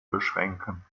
beschränken